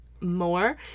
more